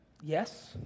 Yes